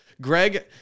Greg